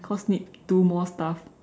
cause need to do more stuff